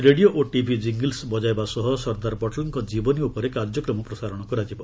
radio ଓ TV jingles ବଜାଇବା ସହ ସର୍ଦ୍ଦାର ପଟେଲ୍ଙ୍କ ଜୀବନୀ ଉପରେ କାର୍ଯ୍ୟକ୍ରମ ପ୍ରସାରଣ କରିବ